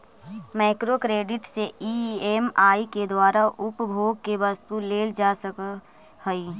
micro credit से EMI के द्वारा उपभोग के वस्तु लेल जा सकऽ हई